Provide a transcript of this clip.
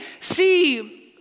see